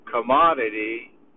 commodity